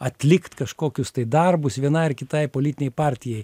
atlikt kažkokius tai darbus vienai ar kitai politinei partijai